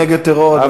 נגד טרור.